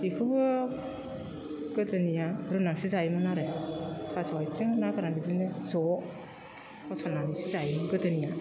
बेखौबो गोदोनिया रुनासो जायोमोन आरो थास' आथिं ना गोरान बिदिनो ज' होसननानैसो जायोमोन गोदोनिया